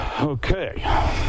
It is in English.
okay